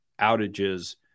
outages